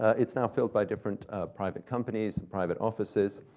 it's now filled by different private companies, private offices,